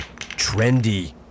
Trendy